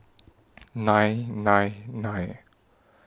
nine nine nine